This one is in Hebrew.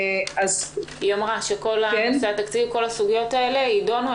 היא אמרה שכל הסוגיות האלה יידונו.